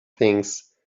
things